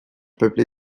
peuplé